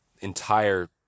entire